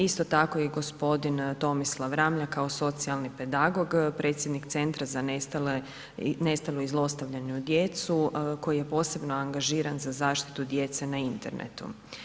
Isto tako i g. Tomislav Ramljak kao socijalni pedagog, predsjednik Centra za nestalu i zlostavljanu djecu koji je posebno angažiran za zaštitu djece na internetu.